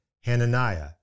Hananiah